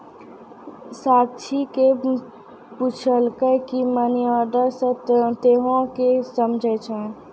साक्षी ने पुछलकै की मनी ऑर्डर से तोंए की समझै छौ